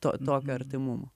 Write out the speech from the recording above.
to tokio atrimumo